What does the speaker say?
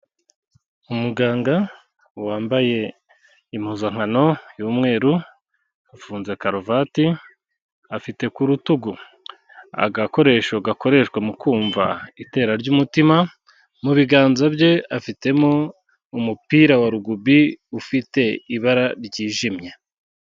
Umuganga wambaye impuzankano y'umweru, yafunze karuvati, afite ku rutugu agakoresho gakoreshwa mu kumva itera ry'umutima, mu biganza bye afitemo umupira wa rugubi ufite ibara ryijimye.